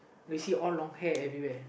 you see all long hair everywhere